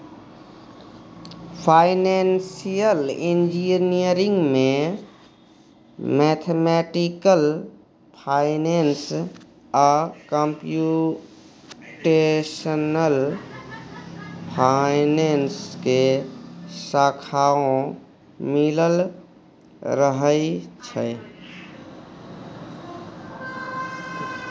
financial engineering में mathematical finance आ computational finance के शाखाओं मिलल रहइ छइ